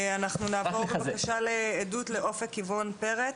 אנחנו נעבור עכשיו לעדות, אופק איבון פרץ,